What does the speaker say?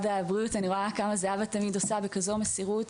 אני יודעת כמה זהבה ממשרד הבריאות עושה בכזאת מסירות,